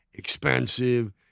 Expensive